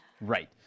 Right